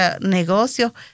negocio